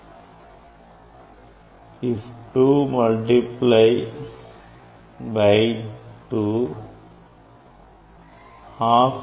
that that 2 if we multiply that 2 if we multiply